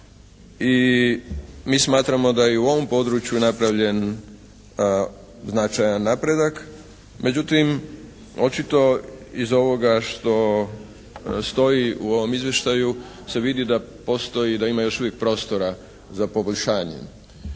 i mi smatramo da i u ovom području je napravljen značajan napredak. Međutim, očito iz ovoga što stoji u ovom izvještaju se vidi da postoji i da ima još uvijek prostora za poboljšanje,